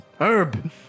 Herb